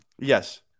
Yes